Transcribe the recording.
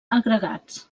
agregats